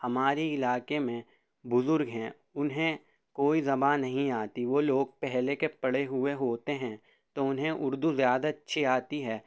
ہماری علاقے میں بزرگ ہیں انہیں کوئی زباں نہیں آتی وہ لوگ پہلے کے پڑھے ہوئے ہوتے ہیں تو انہیں اردو زیادہ اچھی آتی ہے